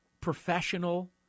professional